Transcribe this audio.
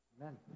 Amen